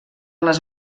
les